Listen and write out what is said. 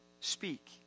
speak